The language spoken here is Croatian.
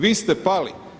Vi ste pali.